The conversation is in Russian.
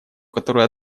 которой